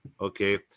okay